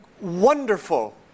wonderful